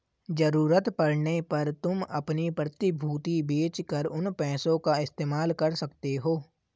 ज़रूरत पड़ने पर तुम अपनी प्रतिभूति बेच कर उन पैसों का इस्तेमाल कर सकते हो